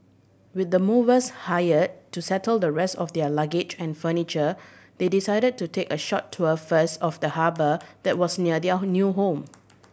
with the movers hired to settle the rest of their luggage and furniture they decided to take a short tour first of the harbour that was near their new home